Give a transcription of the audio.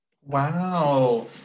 Wow